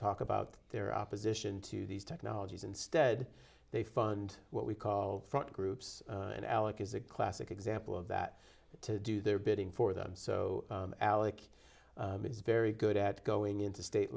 talk about their opposition to these technologies instead they fund what we call front groups and alec is a classic example of that to do their bidding for them so alec is very good at going into state